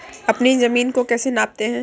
अपनी जमीन को कैसे नापते हैं?